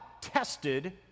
tested